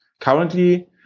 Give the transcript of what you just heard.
currently